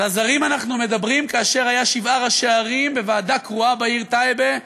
על הזרים אנחנו מדברים כאשר היו שבעה ראשי עיר בוועדה קרואה בעיר טייבה,